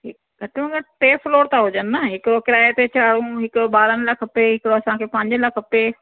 घटि में घटि टे फ्लोर त हुजनि न हिकिड़ो किराए ते चाढ़ो हिकु ॿारनि लाइ खपे हिकिड़ो असांखे पंहिंजे लाइ खपे